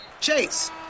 Chase